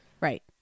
Right